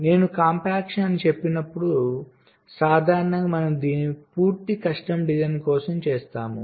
నేను కాంపాక్షన్ అని చెప్పినప్పుడు సాధారణంగా మనం దీన్ని పూర్తి కస్టమ్ డిజైన్ కోసం చేస్తాము